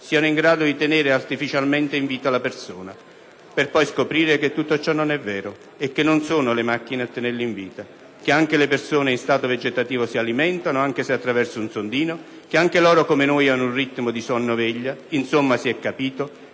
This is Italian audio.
siano in grado di tenere artificialmente in vita la persona, per poi scoprire che tutto ciò non è vero e che non sono le macchine a tenerle in vita, che anche le persone in stato vegetativo si alimentano, anche se attraverso un sondino, che anche loro, come noi, hanno un ritmo di sonno-veglia. Insomma, si è capito